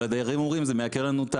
אבל הדיירים אומרים "זה מייקר לנו את